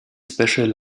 special